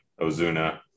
Ozuna